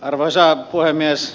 arvoisa puhemies